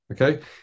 Okay